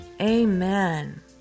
Amen